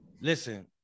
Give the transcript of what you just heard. listen